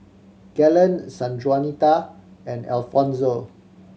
Galen Sanjuanita and Alfonzo